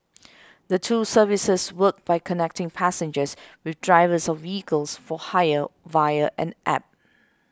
the two services work by connecting passengers with drivers of vehicles for hire via an App